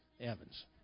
Evan's